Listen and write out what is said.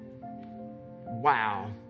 Wow